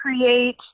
create